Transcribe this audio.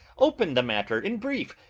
open the matter in brief,